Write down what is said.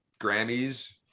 Grammys